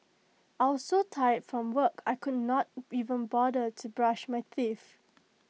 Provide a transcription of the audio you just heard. I was so tired from work I could not even bother to brush my teeth